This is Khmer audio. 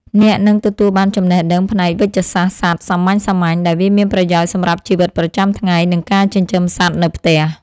អ្នកនឹងទទួលបានចំណេះដឹងផ្នែកវេជ្ជសាស្ត្រសត្វសាមញ្ញៗដែលវាមានប្រយោជន៍សម្រាប់ជីវិតប្រចាំថ្ងៃ និងការចិញ្ចឹមសត្វនៅផ្ទះ។